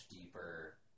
deeper